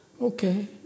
Okay